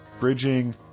Bridging